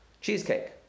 Cheesecake